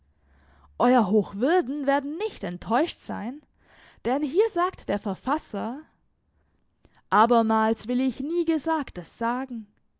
euer hochwürden werden nicht enttäuscht sein denn hier sagt der verfasser abermals will ich nie gesagtes sagen